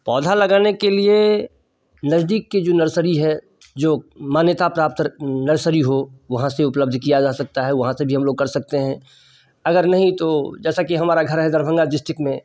पौधा लगाने के लिए नज़दीक की जो नर्सरी है जो मान्यता प्राप्त नर्सरी हो वहाँ से उपलब्ध किया जा सकता है वहाँ से भी हम लोग कर सकते हैं अगर नहीं तो जैसा कि हमारा घर है दरभंगा डिस्ट्रिक्ट में